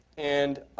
and,